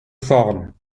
vorn